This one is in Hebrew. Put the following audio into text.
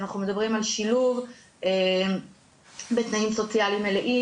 על שילוב בתנאים סוציאליים מלאים,